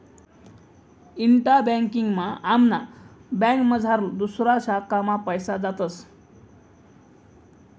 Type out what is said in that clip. इंटा banking मा आमना बँकमझारला दुसऱा शाखा मा पैसा जातस